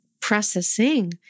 processing